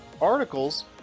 articles